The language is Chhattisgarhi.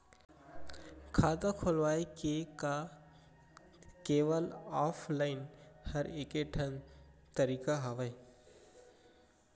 खाता खोलवाय के का केवल ऑफलाइन हर ऐकेठन तरीका हवय?